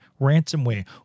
ransomware